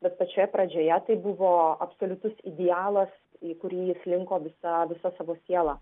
bet pačioje pradžioje tai buvo absoliutus idealas į kurį jis linko visa visa savo siela